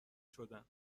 شدن